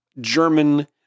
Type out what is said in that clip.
German